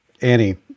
Annie